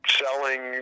selling